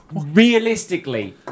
Realistically